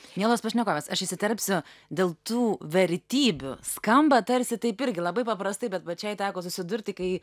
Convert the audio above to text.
mielos pašnekovės aš įsiterpsiu dėl tų vertybių skamba tarsi taip irgi labai paprastai bet pačiai teko susidurti kai